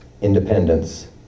independence